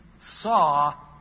saw